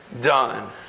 done